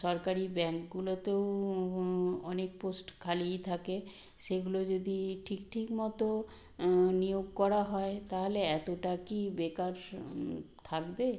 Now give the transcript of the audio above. সরকারি ব্যাংকগুলোতেও অনেক পোস্ট খালিই থাকে সেগুলো যদি ঠিক ঠিক মতো নিয়োগ করা হয় তাহলে এতোটা কি বেকার সম থাকবে